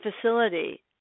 facility